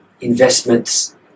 investments